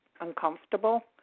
uncomfortable